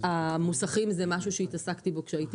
המוסכים זה משהו שהתעסקתי בו כשהייתי